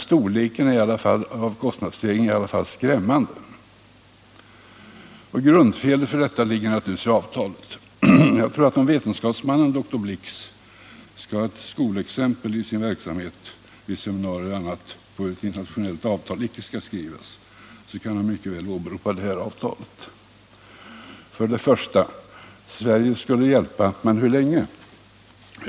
Storleken av kostnadsstegringen är i alla fall skrämmande, och grundfelet ligger naturligtvis i avtalet. Jag tror att om vetenskapsmannen doktor Blix skall ha ett skolexempel i sin verksamhet, vid seminarier och annat, på hur ett internationellt avtal icke skall skrivas, så kan han mycket väl åberopa det här avtalet. Först och främst skulle Sverige hjälpa — men hur länge?